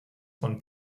von